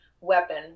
weapon